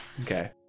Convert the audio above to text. Okay